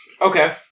Okay